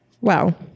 Wow